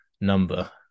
number